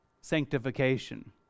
sanctification